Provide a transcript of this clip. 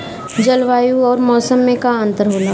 जलवायु और मौसम में का अंतर होला?